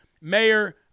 Mayor